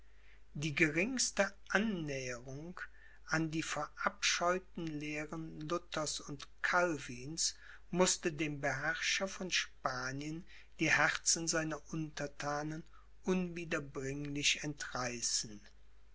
die geringste annäherung an die verabscheuten lehren luthers und calvins mußte dem beherrscher von spanien die herzen seiner unterthanen unwiederbringlich entreißen